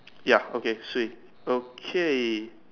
ya okay sweet okay